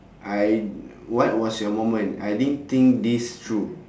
I what was your moment I didn't think this through